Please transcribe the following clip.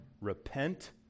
repent